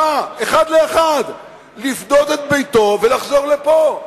אחד לאחד, לפדות את ביתו ולחזור לפה.